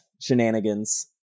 shenanigans